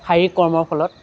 শাৰীৰিক কৰ্মৰ ফলত